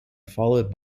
followed